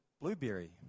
blueberry